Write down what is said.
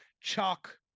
chalk